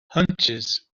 hunches